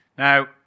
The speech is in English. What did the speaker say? Now